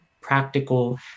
practical